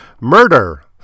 Murder